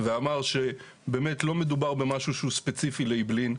ואמר שלא מדובר במשהו שהוא ספציפי לאעבלין.